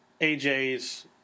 AJ's